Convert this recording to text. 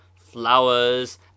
flowers